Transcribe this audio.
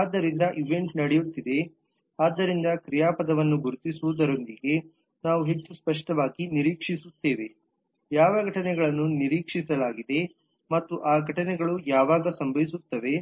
ಆದ್ದರಿಂದ ಈವೆಂಟ್ ನಡೆಯುತ್ತಿದೆ ಆದ್ದರಿಂದ ಕ್ರಿಯಾಪದವನ್ನು ಗುರುತಿಸುವುದರೊಂದಿಗೆ ನಾವು ಹೆಚ್ಚು ಸ್ಪಷ್ಟವಾಗಿ ನಿರೀಕ್ಷಿಸುತ್ತೇವೆ ಯಾವ ಘಟನೆಗಳನ್ನು ನಿರೀಕ್ಷಿಸಲಾಗಿದೆ ಮತ್ತು ಆ ಘಟನೆಗಳು ಯಾವಾಗ ಸಂಭವಿಸುತ್ತವೆ